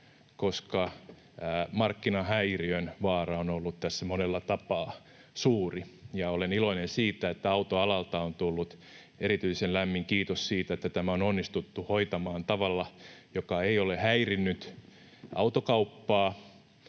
koska markkinahäiriön vaara on ollut tässä monella tapaa suuri, ja olen iloinen siitä, että autoalalta on tullut erityisen lämmin kiitos siitä, että tämä on onnistuttu hoitamaan tavalla, joka ei ole häirinnyt autokauppaa